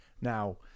now